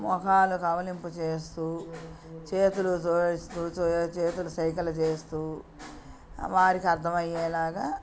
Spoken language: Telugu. మొహాలు కవలింపు చేస్తూ చేతులు జోడిస్తూ చేతు చేతులు సైగలు చేస్తూ వారికి అర్థమయ్యేలాగా